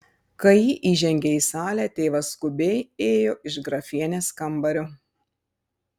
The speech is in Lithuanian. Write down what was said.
kai ji įžengė į salę tėvas skubiai ėjo iš grafienės kambario